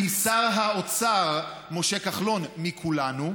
עם שר האוצר משה כחלון מכולנו,